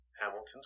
Hamilton's